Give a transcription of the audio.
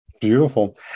Beautiful